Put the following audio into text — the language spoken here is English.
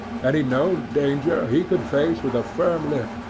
any known danger he could face with a firm lip,